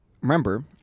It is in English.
remember